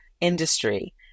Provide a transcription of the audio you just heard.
industry